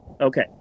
Okay